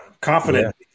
Confident